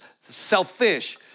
selfish